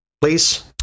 Please